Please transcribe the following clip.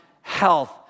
health